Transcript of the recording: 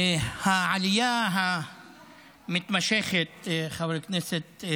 חברי הכנסת,